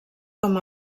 com